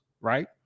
right